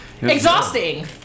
exhausting